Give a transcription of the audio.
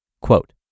Quote